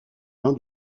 vain